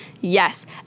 Yes